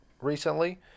recently